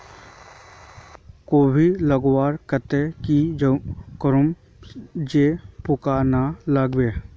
कोबी लगवार केते की करूम जे पूका ना लागे?